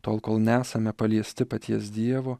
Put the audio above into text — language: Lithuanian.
tol kol nesame paliesti paties dievo